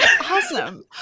Awesome